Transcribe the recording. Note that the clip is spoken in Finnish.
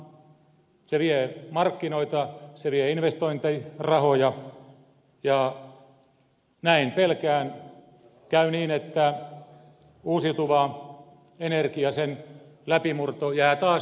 se vie markkinoita se vie investointirahoja ja näin pelkään käy niin että uusiutuvan energian läpimurto jää taas tekemättä